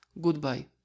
Goodbye